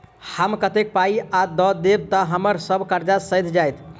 हम कतेक पाई आ दऽ देब तऽ हम्मर सब कर्जा सैध जाइत?